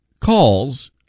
calls